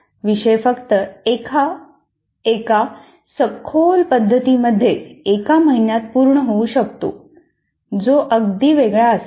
विषय फक्त एका सखोल पद्धतीमध्ये एका महिन्यात पूर्ण होऊ शकतो जो अगदी वेगळा असेल